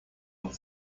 auf